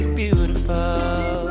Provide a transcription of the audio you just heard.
beautiful